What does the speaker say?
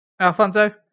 Alfonso